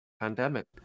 pandemic